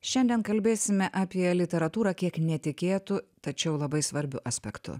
šiandien kalbėsime apie literatūrą kiek netikėtu tačiau labai svarbiu aspektu